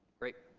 great.